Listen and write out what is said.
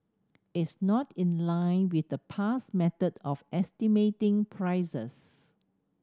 it's not in line with the past method of estimating prices